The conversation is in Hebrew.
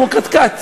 כמו קטקט,